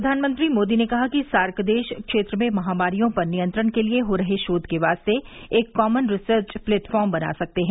प्रधानमंत्री मोदी ने कहा कि सार्क देश क्षेत्र में महामारियों पर नियंत्रण के लिए हो रहे शोध के वास्ते एक कॉमन रिसर्च प्लेटफार्म बना सकते हैं